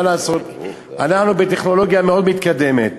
מה לעשות, אנחנו בטכנולוגיה מאוד מתקדמת.